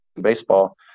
Baseball